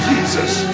Jesus